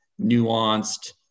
nuanced